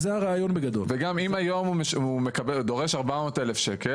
וגם אם היום הוא דורש 400,000 שקל,